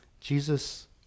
Jesus